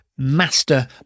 master